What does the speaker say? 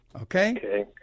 Okay